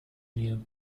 new